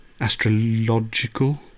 astrological